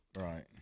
Right